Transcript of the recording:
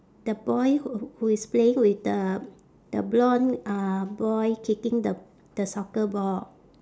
the boy who who is playing with the the blonde uh boy kicking the the soccer ball